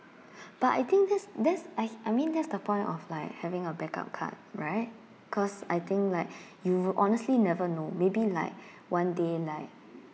but I think this that's I I mean that's the point of like having a backup card right cause I think like you honestly never know maybe like one day like